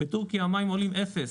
בטורקיה המים עולים אפס